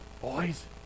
boys